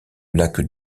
lac